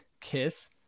kiss